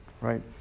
right